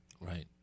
Right